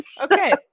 okay